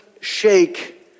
shake